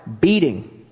beating